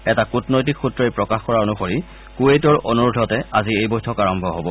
এটা কৃটনৈতিক সূত্ৰই প্ৰকাশ কৰা অনুসৰি কুৱেটৰ অনুৰোধতে আজি এই বৈঠক আৰম্ভ হব